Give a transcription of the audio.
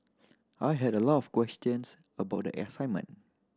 I had a lot of questions about the assignment